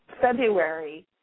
February